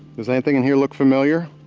does anything and here look familiar?